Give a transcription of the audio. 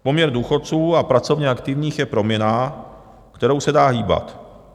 Poměr důchodců a pracovně aktivních je proměnná, kterou se dá hýbat.